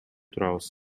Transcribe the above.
турабыз